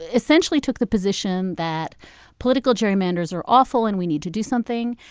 essentially took the position that political gerrymanders are awful, and we need to do something.